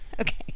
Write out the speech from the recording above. okay